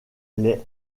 les